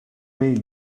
way